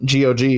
GOG